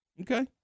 Okay